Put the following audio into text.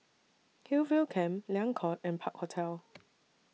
Hillview Camp Liang Court and Park Hotel